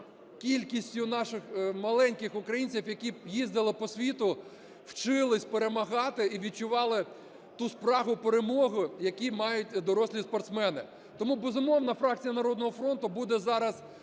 кількістю наших маленьких українців, які б їздили по світу, вчились перемагати і відчували ту спрагу перемоги, яку мають дорослі спортсмени. Тому, безумовно, фракція "Народного фронту" буде зараз